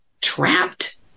trapped